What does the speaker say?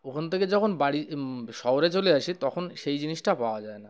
ওখান থেকে যখন বাড়ি শহরে চলে আসি তখন সেই জিনিসটা পাওয়া যায় না